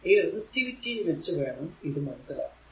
ഈ റെസിസ്റ്റിവിറ്റി വച്ച് വേണം ഇത് മനസ്സിലാക്കാൻ